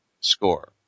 score